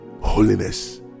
holiness